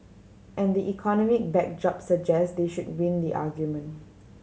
and the economic backdrop suggests they should win the argument